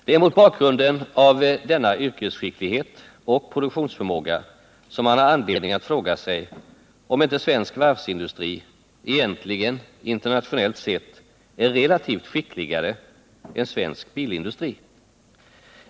Det är mot bakgrund av denna yrkesskicklighet och produktionsförmåga som man har anledning att fråga sig om inte svensk varvsindustri egentligen internationellt är relativt sett skickligare än svensk bilindustri.